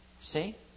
See